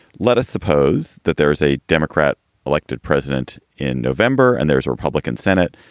let us suppose that there is a democrat elected president in november and there's a republican senate.